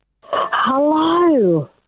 Hello